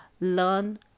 learn